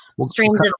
streams